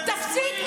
תפסיק.